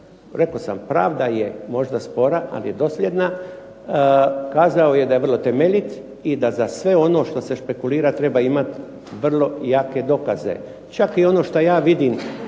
rekao sam pravda je možda spora, ali dosljedna. Kazao je da je vrlo temeljit i da za sve ono što se špekulira treba imati vrlo jake dokaze. Čak i ono što ja vidim